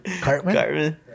Cartman